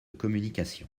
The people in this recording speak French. communication